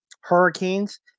hurricanes